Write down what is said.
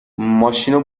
ماشینو